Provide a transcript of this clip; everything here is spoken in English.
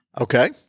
Okay